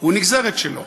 הוא נגזרת שלו.